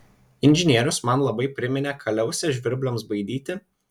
inžinierius man labai priminė kaliausę žvirbliams baidyti